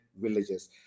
villages